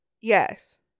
Yes